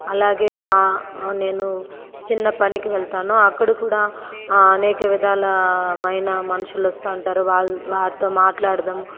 అలాగే నేను చిన్న పనికి వెళ్తాను అక్కడ కూడా అనేక విధమైన మనుషులు వస్తావుంటారు వారితో మాట్లాడదాం